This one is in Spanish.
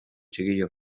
chiquillo